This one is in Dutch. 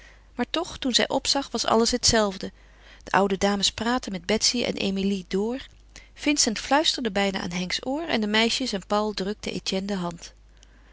maar toch toen zij opzag was alles het zelfde de oude dames praatten met betsy en emilie door vincent fluisterde bijna aan henks oor en de meisjes en paul drukten etienne de hand